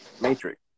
matrix